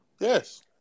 Yes